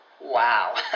Wow